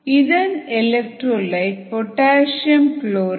இதன் electrolyte potassium chloride